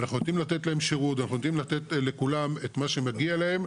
ואנחנו יודעים לתת להם שירות ואנחנו יודעים לתת לכולם את מה שמגיע להם,